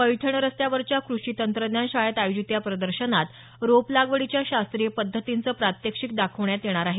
पैठण रस्त्यावरच्या कृषी तंत्रज्ञान शाळेत आयोजित या प्रदर्शनात रोप लागवडीच्या शास्त्रीय पद्धतींचं प्रात्यक्षिक दाखवण्यात येणार आहे